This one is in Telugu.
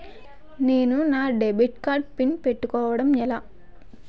నేను నా డెబిట్ కార్డ్ పిన్ పెట్టుకోవడం ఎలా?